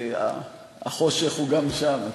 החושך הוא גם שם,